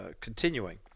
continuing